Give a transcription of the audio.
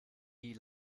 die